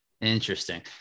Interesting